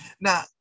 Now